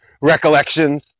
recollections